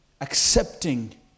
accepting